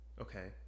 Okay